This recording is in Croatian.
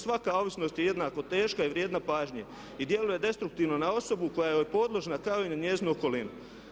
Svaka ovisnost je jednako teška i vrijedna pažnje i djeluje destruktivno na osobu koja joj je podložna kao i na njezinu okolinu.